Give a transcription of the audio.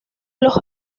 los